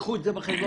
קחו את זה בחשבון,